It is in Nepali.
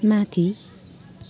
माथि